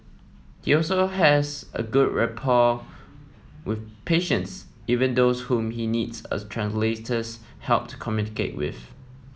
he also has a good rapport with patients even those whom he needs a translator's help to communicate with